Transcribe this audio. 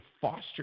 foster